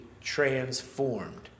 transformed